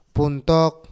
Puntok